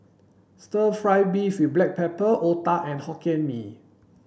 stir fry beef with black pepper Otah and Hokkien Mee